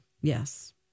yes